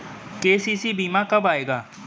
KCC बीमा कब आएगा?